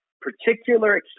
particular